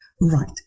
right